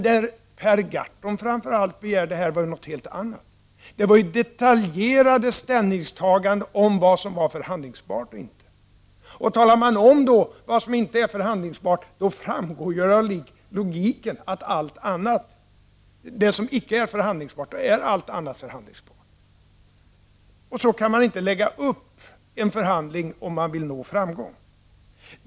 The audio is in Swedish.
Men framför allt Per Gahrton har begärt någonting helt annat, nämligen detaljerade ställningstaganden om vad som är förhandlingsbart eller inte. Om man talar om vad som inte är förhandlingsbart säger ju logiken att allt annat är förhandlingsbart. Så kan man inte lägga upp en förhandling om man vill nå framgång.